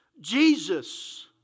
Jesus